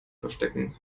verstecken